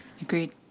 Agreed